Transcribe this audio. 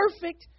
perfect